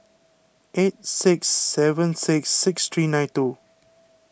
eight six seven six six three nine two